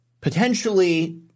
potentially